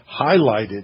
highlighted